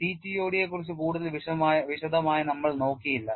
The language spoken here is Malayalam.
CTOD യെക്കുറിച്ച് കൂടുതൽ വിശദമായി നമ്മൾ നോക്കിയില്ല